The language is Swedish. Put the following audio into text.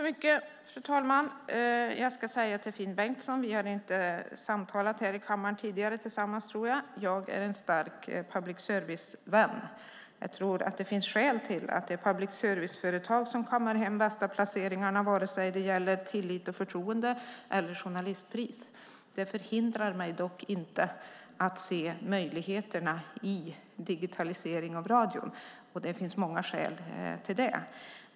Fru talman! Jag tror inte att Finn Bengtsson och jag har samtalat här i kammaren tidigare. Jag är en stark public service-vän. Jag tror att det finns skäl till att det är ett public service-företag som kammar hem de bästa placeringarna vare sig det gäller tillit och förtroende eller journalistpris. Det förhindrar mig dock inte att se möjligheterna i en digitalisering av radion, och det finns många skäl till det.